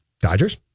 Dodgers